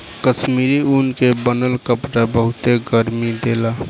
कश्मीरी ऊन के बनल कपड़ा बहुते गरमि देला